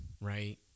right